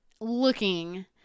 looking